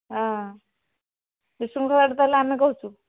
ହଁ ତା'ହେଲେ ଆମେ କହୁଛୁ